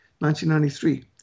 1993